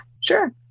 sure